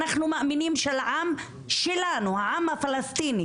אנחנו מאמינים של העם שלנו העם הפלסטיני